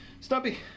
Stumpy